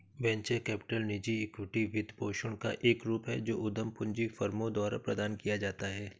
venture capital निजी equity वित्तपोषण का एक रूप है जो उद्यम पूंजी फर्मों द्वारा प्रदान किया जाता है